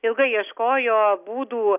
ilgai ieškojo būdų